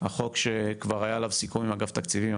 החוק שכבר היה עליו סיכום עם אגף תקציבים,